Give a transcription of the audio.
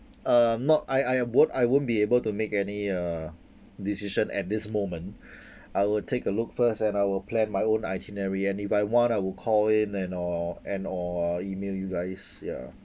uh not I I won't I won't be able to make any uh decision at this moment I will take a look first and I will plan my own itinerary and if I want I would call in and or and or uh email you guys ya